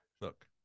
Look